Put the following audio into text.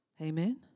Amen